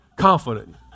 confident